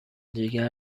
جگر